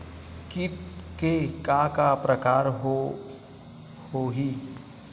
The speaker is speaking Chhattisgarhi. कीट के का का प्रकार हो होही?